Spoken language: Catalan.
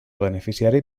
beneficiari